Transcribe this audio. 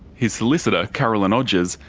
his solicitor, carolyn odgers,